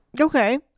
Okay